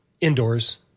indoors